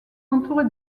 entouré